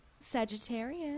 Sagittarius